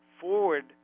forward